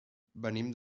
venim